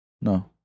No